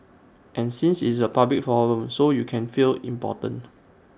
and since it's A public forum so you can feel important